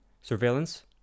surveillance